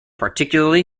particularly